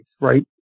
right